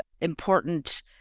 important